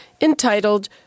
entitled